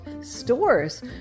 stores